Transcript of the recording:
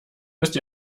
müsst